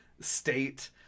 state